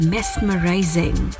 Mesmerizing